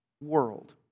world